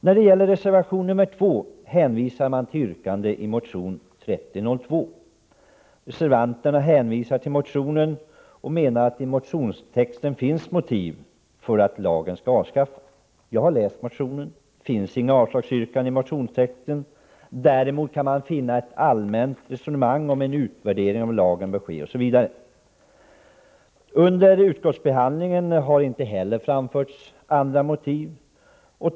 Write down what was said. I reservation 2 hänvisar reservanterna till motion 3002 och menar att det i motionstexten finns motiv för att bostadsförsörjningslagen skall avskaffas. Jag har läst motionen. Det finns inga avslagsyrkanden i motionstexten. Däremot kan man finna ett allmänt resonemang om att en utvärdering av lagen bör ske, osv. Under utskottsbehandlingen har inte heller framförts några bärande motiv.